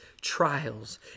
trials